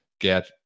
get